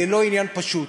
זה לא עניין פשוט,